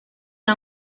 que